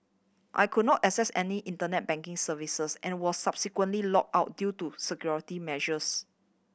I could not access any Internet banking services and was subsequently locked out due to security measures